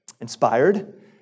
inspired